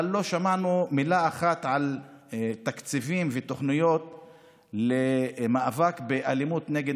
אבל לא שמענו מילה אחת על תקציבים ועל תוכניות למאבק באלימות נגד